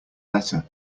letter